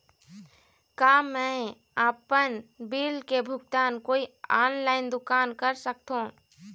का मैं आपमन बिल के भुगतान कोई ऑनलाइन दुकान कर सकथों?